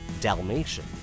Dalmatian